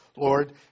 Lord